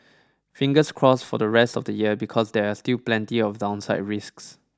fingers crossed for the rest of the year because there are still plenty of downside risks